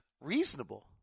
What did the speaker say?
reasonable